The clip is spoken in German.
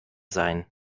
sein